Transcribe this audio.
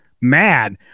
mad